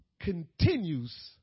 continues